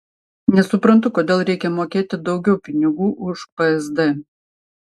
nesuprantu kodėl reikia mokėti daugiau pinigų už psd